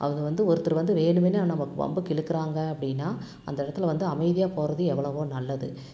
அவங்க வந்து ஒருத்தர் வந்து வேணுமுன்னே நம்மை வம்புக்கு இழுக்கிறாங்க அப்படின்னா அந்த இடத்துல வந்து அமைதியாக போகிறது எவ்வளவோ நல்லது